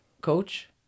coach